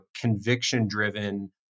conviction-driven